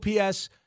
OPS